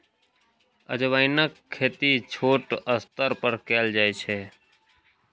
अजवाइनक खेती छोट स्तर पर कैल जाइ छै